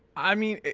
i mean,